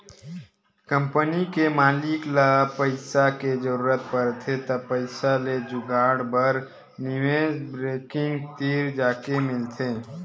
company के मालिक ल पइसा के जरूरत परथे त पइसा के जुगाड़ बर निवेस बेंकिग तीर जाके मिलथे